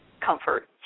comfort